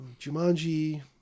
Jumanji